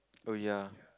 oh ya